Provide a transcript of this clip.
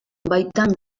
baitan